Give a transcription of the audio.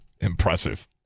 Impressive